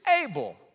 able